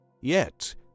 Yet